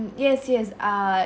mm yes yes uh